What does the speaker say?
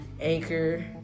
Anchor